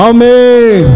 Amen